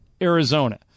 Arizona